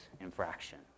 infraction